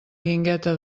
guingueta